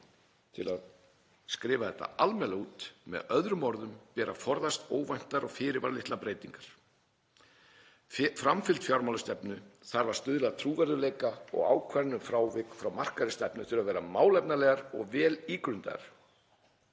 til að skrifa þetta almennilega út: „Með öðrum orðum beri að forðast óvæntar og fyrirvaralitlar breytingar. Framfylgd fjármálastefnu þarf að stuðla að trúverðugleika og ákvarðanir um frávik frá markaðri stefnu þurfa að vera málefnalegar og vel ígrundaðar.